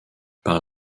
par